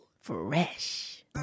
Fresh